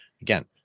Again